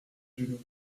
genoux